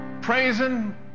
praising